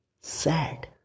sad